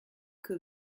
que